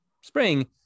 spring